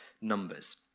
numbers